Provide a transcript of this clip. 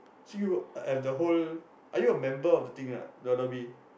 so you have the whole are you a member of the thing or not the Adobe